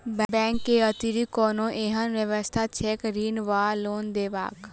Bank केँ अतिरिक्त कोनो एहन व्यवस्था छैक ऋण वा लोनदेवाक?